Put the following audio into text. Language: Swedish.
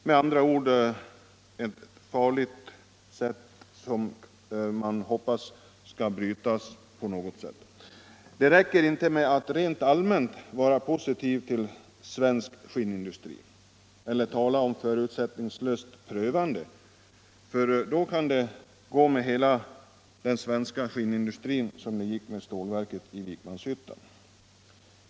Man hoppas att detta skall brytas på något sätt och inga fler varsel behöva komma. Det räcker inte med att rent allmänt vara positiv till svensk skinnindustri eller tala om ett förutsättningslöst prövande, för då kan det gå med hela den svenska skinnindustrin som det gick med stålverket i Vikmanshyttan.